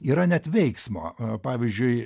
yra net veiksmo pavyzdžiui